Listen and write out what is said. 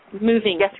Moving